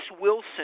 Wilson